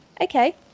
okay